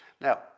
Now